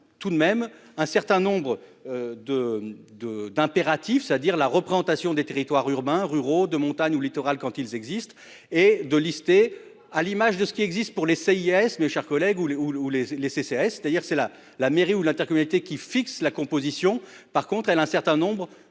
tout de même un certain nombre. De de d'impératif ça dire la représentation des territoires urbains ruraux de montagne ou littorales quand ils existent. Et de lister, à l'image de ce qui existe pour les CIAS ne chers collègues ou les, ou les les CCAS c'est-à-dire c'est la la mairie ou l'intercommunalité qui fixe la composition par contre elle un certain nombre